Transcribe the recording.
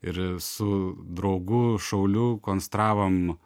ir su draugu šauliu konstravom